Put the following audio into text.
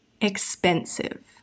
Expensive